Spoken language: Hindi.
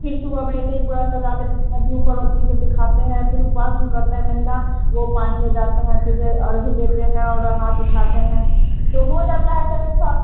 फिर सुबह में ऐस ही पूरा सजा लेते हैं धुप अगरबत्ती सब दिखाते हैँ फिर उपवास जो करती है महिला वह पानी में जाते हैं फिर से अर्घ देते हैं और हाथ उठाते हैं तो हो जाता है सारी छत्त